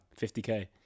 50k